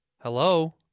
Hello